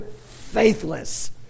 Faithless